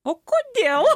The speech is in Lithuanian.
o kodėl